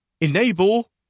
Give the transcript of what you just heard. enable